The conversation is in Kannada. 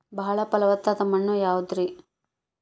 ಬಾಳ ಫಲವತ್ತಾದ ಮಣ್ಣು ಯಾವುದರಿ?